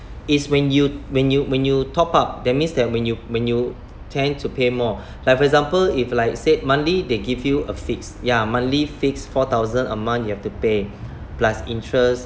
it's when you when you when you top up that means that when you when you tend to pay more like for example if like say monthly they give you a fix ya monthly fixed four thousand a month you have to pay plus interest